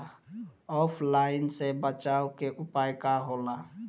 ऑफलाइनसे बचाव के उपाय का होला?